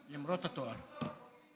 למרות התואר.